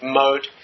mode